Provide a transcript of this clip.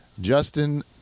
Justin